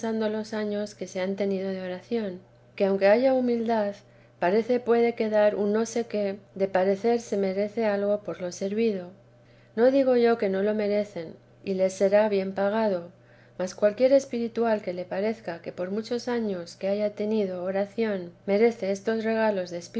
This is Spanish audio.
tasando los años que se han tenido de oración que aunque haya humildad parece puede quedar un no sé qué de parecer se merece algo por lo servido no digo yo que no lo merecen y les será bien pagado mas cualquier espiritual que le parezca que por muchos años que haya tenido oración merece estos regalos